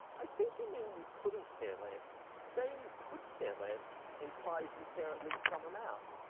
i think you mean you couldn't care less. saying you could care less implies you care at least some amount.